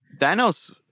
Thanos